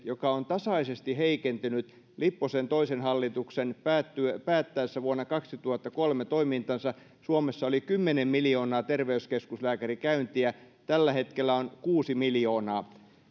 joka on tasaisesti heikentynyt lipposen toisen hallituksen päättäessä vuonna kaksituhattakolme toimintansa suomessa oli kymmenen miljoonaa terveyskeskuslääkärikäyntiä tällä hetkellä on kuusi miljoonaa